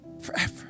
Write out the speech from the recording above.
forever